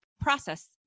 process